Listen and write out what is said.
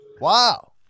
Wow